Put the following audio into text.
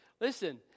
Listen